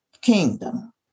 kingdom